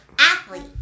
Athlete